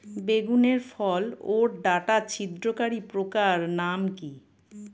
বেগুনের ফল ওর ডাটা ছিদ্রকারী পোকার নাম কি?